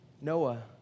Noah